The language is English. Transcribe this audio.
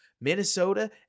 Minnesota